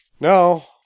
No